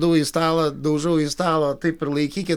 dau į stalą daužau į stalą taip ir laikykit